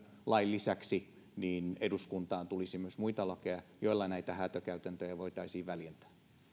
lain lisäksi eduskuntaan tulisi muita lakeja joilla näitä häätökäytäntöjä voitaisiin väljentää